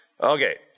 Okay